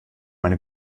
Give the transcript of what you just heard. meine